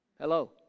Hello